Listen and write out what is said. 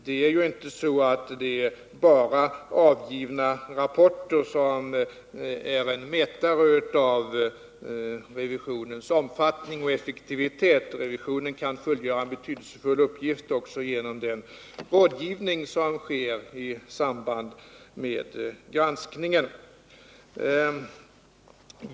Det är ju inte så att det bara är avgivna rapporter som är mätare av revisionens omfattning och effektivitet. Revisionen kan fullgöra en betydelsefull uppgift också genom den rådgivning som sker i samband med granskningen.